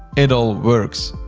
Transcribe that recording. it all works.